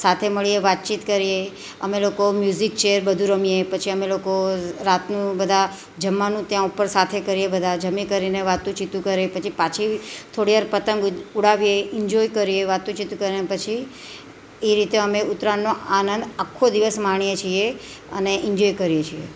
સાથે મળીએ વાતચીત કરીએ અમે લોકો મ્યુઝિક ચેર બધું રમીએ પછી અમે લોકો રાતનું બધા જમવાનું ત્યાં ઉપર સાથે કરીએ બધા જમી કરીને વાતુંચીતું કરે પછી પાછી થોડી વાર પતંગ ઉડાવીએ ઈન્જોય કરીએ વાતુંચીતું કરીએ ને પછી એ રીતે અમે ઉત્તરાયણનો આનંદ આખો દિવસ માણીએ છીએ અને ઈન્જોય કરીએ છીએ